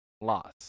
loss